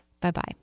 Bye-bye